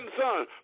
Son